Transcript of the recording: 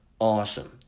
Awesome